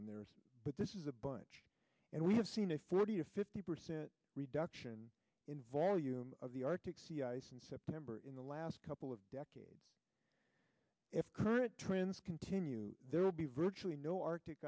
on there but this is a bunch and we have seen a forty to fifty percent reduction in volume of the arctic sea ice in september in the last couple of decades if current trends continue there will be virtually no arctic